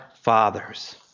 fathers